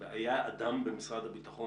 היה אדם במשרד הביטחון,